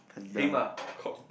him ah Kong